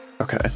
okay